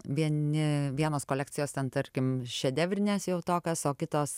vieni vienos kolekcijos ten tarkim šedevrinės jau tokios o kitos